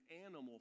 animal